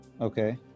Okay